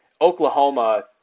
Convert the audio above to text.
Oklahoma